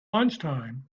lunchtime